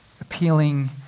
appealing